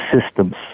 systems